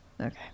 Okay